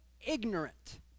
ignorant